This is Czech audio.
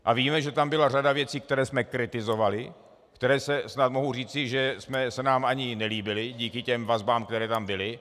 A víme, že tam byla řada věcí, které jsme kritizovali, které se, snad mohu říci, že se nám ani nelíbily díky těm vazbám, které tam byly.